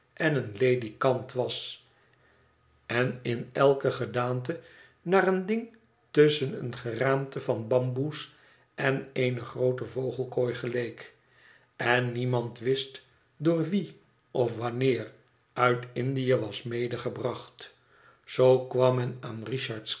en een ledikant was en in elke gedaante naar een ding tusschen eén geraamte van bamboes en eene groote vogelkooi geleek en niemand wist door wien of wanneer uit indië was medegebracht zoo kwam men aan